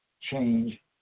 change